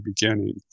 beginning